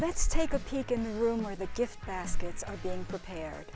let's take a peek in the room where the gift baskets are being prepared